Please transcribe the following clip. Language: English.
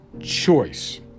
Choice